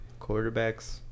quarterbacks